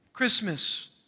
Christmas